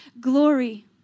glory